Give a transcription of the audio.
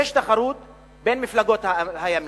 יש תחרות בין מפלגות הימין,